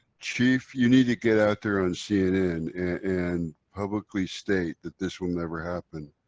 chief, you need to get out there on cnn and publicly state that this will never happen.